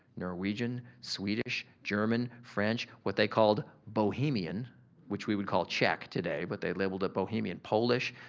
norwegian, swedish, german, french, what they called bohemian which we would call czech today but they labeled it bohemian, polish,